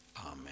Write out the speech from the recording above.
Amen